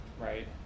Right